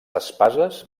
espases